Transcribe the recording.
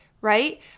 right